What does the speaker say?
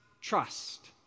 trust